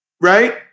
Right